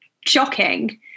shocking